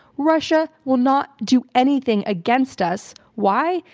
russia will not do anything against us. why?